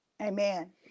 Amen